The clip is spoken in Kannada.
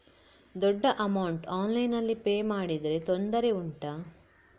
ದೊಡ್ಡ ಅಮೌಂಟ್ ಆನ್ಲೈನ್ನಲ್ಲಿ ಪೇ ಮಾಡಿದ್ರೆ ತೊಂದರೆ ಉಂಟಾ?